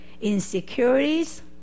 insecurities